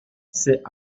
c’est